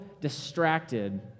distracted